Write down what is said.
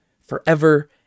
forever